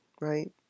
right